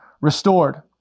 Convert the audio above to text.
restored